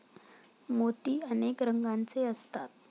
मोती अनेक रंगांचे असतात